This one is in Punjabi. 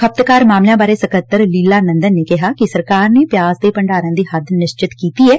ਖ਼ਪਤਕਾਰ ਮਾਮਲਿਆਂ ਬਾਰੇ ਸਕੱਤਰ ਲੀਲਾ ਨੰਦਨ ਨੇ ਕਿਹਾ ਕਿ ਸਰਕਾਰ ਨੇ ਪਿਆਜ਼ ਦੇ ਭੰਡਾਰਨ ਦੀ ਹੱਦ ਨਿਸ਼ਚਿਤ ਕੀਤੀ ਐ